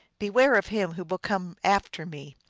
beware of him who will come after me.